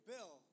Bill